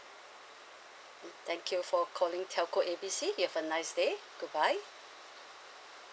mm thank you for calling telco A B C you have a nice day goodbye